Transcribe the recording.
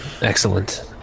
excellent